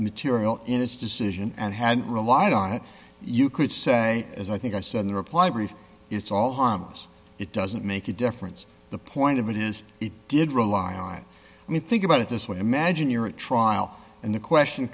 material in its decision and had relied on it you could say as i think i said in reply brief it's all harmless it doesn't make a difference the point of it is it did rely on we think about it this way imagine you're a trial and the question